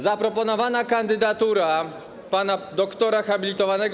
Zaproponowana kandydatura pana dr. hab.